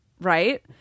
right